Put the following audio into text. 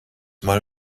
mal